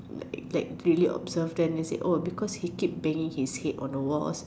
like really observed then they said oh because he keep banging his head on the walls